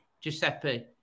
Giuseppe